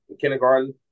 kindergarten